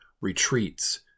retreats